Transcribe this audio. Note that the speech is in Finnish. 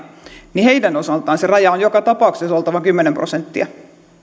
niin heidän osaltaan sen rajan on joka tapauksessa oltava kymmenen prosenttia